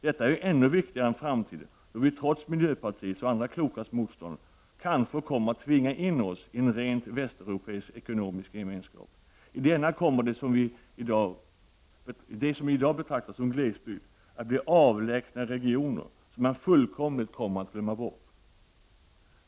Detta blir ännu viktigare i en framtid då vi, trots motstånd från miljöpartiet och andra kloka, kanske kommer att tvinga in oss själva i en rent västeuropeisk gemenskap. Då kommer det som vi i dag betraktar som glesbygd att bli avlägsna regioner som fullkomligt kommer att glömmas bort.